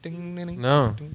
No